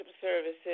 services